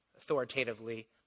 authoritatively